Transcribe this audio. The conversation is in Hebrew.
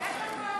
איפה הקואליציה?